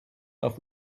auf